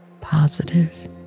Positive